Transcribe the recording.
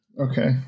Okay